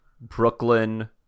Brooklyn